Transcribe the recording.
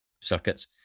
circuits